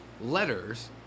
Letters